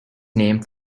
named